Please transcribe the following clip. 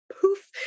poof